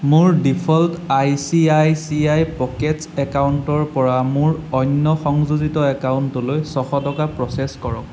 মোৰ default ICICI pockets একাউণ্টৰ পৰা মোৰ অন্য সংযোজিত একাউণ্টলৈ ছশ টকা প্ৰ'চেছ কৰক